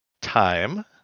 time